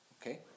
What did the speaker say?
Okay